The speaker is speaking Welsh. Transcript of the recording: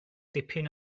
dipyn